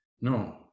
no